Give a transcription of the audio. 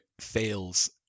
fails